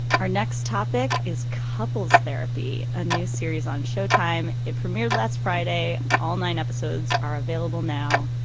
our next topic is couples therapy. a new series on showtime. it premiered last friday. all nine episodes are available now.